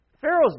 Pharaoh's